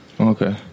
Okay